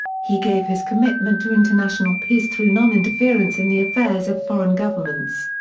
he gave his commitment to international peace through noninterference in the affairs of foreign governments.